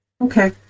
Okay